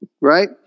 Right